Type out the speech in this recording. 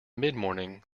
midmorning